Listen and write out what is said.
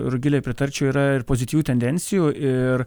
rugilei pritarčiau yra ir pozityvių tendencijų ir